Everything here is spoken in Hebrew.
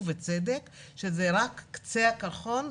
ובצדק הוא רק קצה הקרחון.